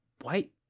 White